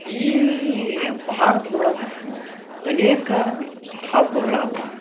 ಈ ಭಾರತದ ಒಳಗ ಅನೇಕ ಹಬ್ಬಗಳವ